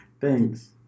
Thanks